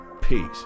Peace